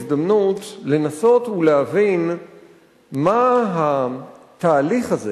הזדמנות לנסות ולהבין מה התהליך הזה